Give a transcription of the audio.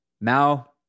Now